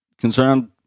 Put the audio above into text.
concerned